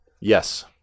Yes